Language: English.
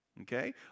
Okay